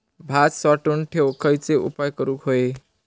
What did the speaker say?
भात साठवून ठेवूक खयचे उपाय करूक व्हये?